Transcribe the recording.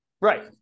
Right